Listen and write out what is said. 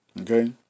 Okay